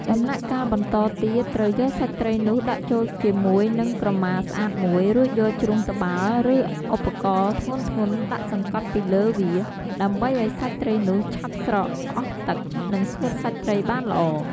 ដំណាក់កាលបន្តទៀត ត្រូវយកសាច់ត្រីនោះដាក់ចូលជាមួយនឹងក្រមាស្អាតមួយ រួចយកជ្រុញ ត្បាល់ ឬឧបករណ៍ធ្ងន់ៗដាក់សង្កត់ពីលើវា ដើម្បីឱ្យសាច់ត្រីនោះឆាប់ស្រក់អស់ទឹក និងស្ងួតសាច់ត្រីបានល្អ។